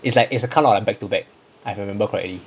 is like it's a kind of back to back if I remember correctly